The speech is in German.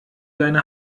deine